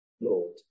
Lord